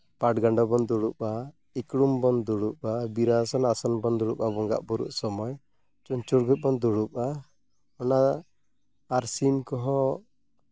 ᱯᱟᱴᱜᱟᱱᱰᱳ ᱵᱚᱱ ᱫᱩᱲᱩᱵᱽᱼᱟ ᱤᱠᱲᱩᱢ ᱵᱚᱱ ᱫᱩᱲᱩᱵᱽᱼᱟ ᱵᱤᱨᱟᱥᱚᱱ ᱟᱥᱚᱱ ᱵᱚᱱ ᱫᱩᱲᱩᱵᱽᱼᱟ ᱵᱚᱸᱜᱟᱼᱵᱩᱨᱩᱜ ᱥᱚᱢᱚᱭ ᱪᱩᱢᱪᱩᱲᱩᱡ ᱵᱚᱱ ᱫᱩᱲᱩᱵᱽᱼᱟ ᱚᱱᱟ ᱟᱨ ᱥᱤᱢ ᱠᱚᱦᱚᱸ